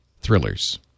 thrillers